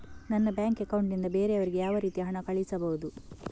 ನನ್ನ bank account ನಿಂದ ಬೇರೆಯವರಿಗೆ ಯಾವ ರೀತಿ ಹಣ ಕಳಿಸಬಹುದು?